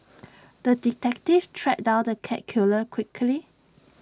the detective tracked down the cat killer quickly